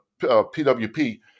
PWP